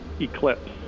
eclipse